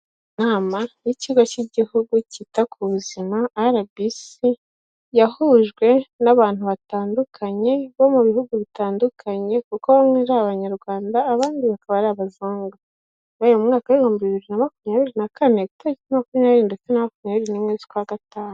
Inama y'ikigo cy'igihugu cyita ku buzima RBC yahujwe n'abantu batandukanye bo mu bihugu bitandukanye kuko bamwe ari abanyarwanda abandi bakaba ari abazungu. Yabaye mu mwaka wa 2024 itariki 20 na 21 z'ukwa gatanu.